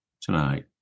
tonight